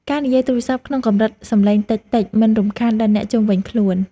ការនិយាយទូរស័ព្ទក្នុងកម្រិតសំឡេងតិចៗ មិនរំខានដល់អ្នកជុំវិញខ្លួន។